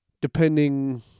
depending